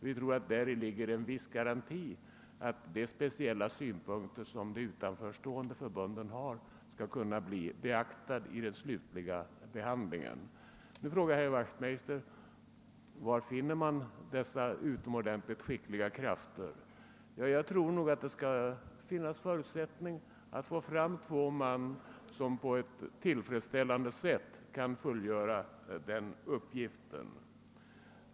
Vi tror att det däri ligger en viss garanti för att de synpunkter de utanförstående förbunden har skall kunna bli beaktade vid den slutliga behandlingen. Nu frågar herr Wachtmeister var man finner de utomordentligt skickliga krafter som kan klara denna prövning. Ja, jag tror att det kommer att finnas förutsättningar att finna två personer, som på ett tillfredsställande sätt kan fullgöra denna uppgift.